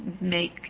make